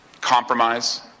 Compromise